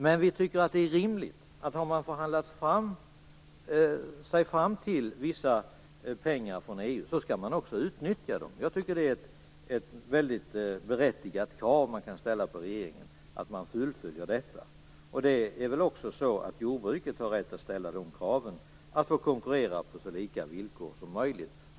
Men vi tycker att det är rimligt, att om man har förhandlat sig fram till vissa pengar från EU skall man också utnyttja dem. Jag tycker att det är ett berättigat krav att ställa på regeringen att den fullföljer detta. Jordbruket har också rätt att ställa krav på att få konkurrera på så lika villkor som möjligt.